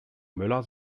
möller